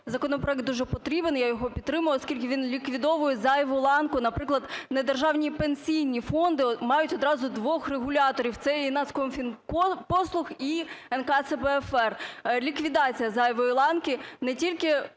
законопроект дуже потрібен, я його підтримую, оскільки він ліквідовує зайву ланку. Наприклад, недержавні пенсійні фонди мають одразу двох регуляторів. Це і Нацкомфінпослуг і НКЦПФР. Ліквідація зайвої ланки не тільки